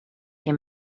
him